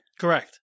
Correct